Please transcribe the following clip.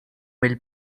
mill